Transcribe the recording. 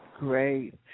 Great